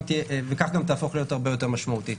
וכך גם תהפוך להיות הרבה יותר משמעותית.